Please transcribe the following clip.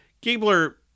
Gabler